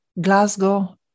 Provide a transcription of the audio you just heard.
Glasgow